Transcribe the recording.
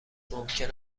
ممکن